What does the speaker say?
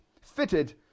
fitted